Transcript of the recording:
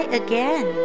again